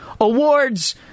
awards